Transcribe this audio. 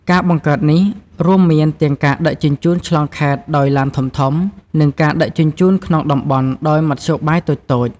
ការបង្កើតនេះ រួមមានទាំងការដឹកជញ្ជូនឆ្លងខេត្តដោយឡានធំៗ និងការដឹកជញ្ជូនក្នុងតំបន់ដោយមធ្យោបាយតូចៗ។